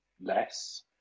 less